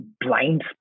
blind